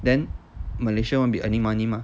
then malaysia won't be earning money mah